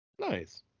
Nice